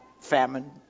famine